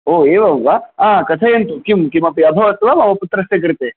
ओ एवं वा आ कथयन्तु किं किमपि अभवद्वा मम पुत्रस्य कृते